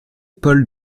pôles